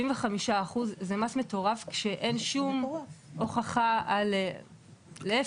75% זה מס מטורף כשאין שום הוכחה על --- את